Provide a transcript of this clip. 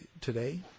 today